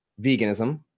veganism